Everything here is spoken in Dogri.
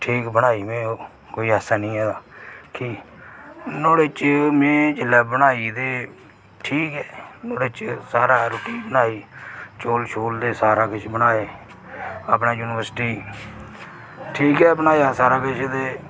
ठीक बनाई में ओह् कोई ऐसा नेईं ऐ कि नुआढ़े च में जेल्लै बनाई ते ठीक ऐ नुआढ़े च सारी रुट्टी बनाई चौल शौल सारा किश बनाए अपने यूनिबर्सटी ठीक गै बनाया सारा किश ते